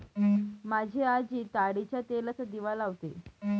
माझी आजी ताडीच्या तेलाचा दिवा लावते